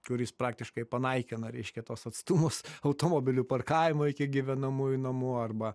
kuris praktiškai panaikina reiškia tuos atstumus automobilių parkavimo iki gyvenamųjų namų arba